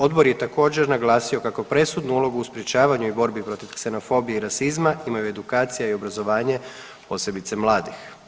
Odbor je također, naglasio kako presudnu ulogu u sprječavanju i borbi protiv ksenofobije i rasizma imaju edukacija i obrazovanje, posebice mladih.